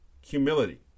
humility